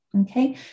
okay